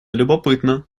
любопытно